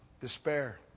despair